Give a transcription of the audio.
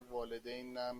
والدینم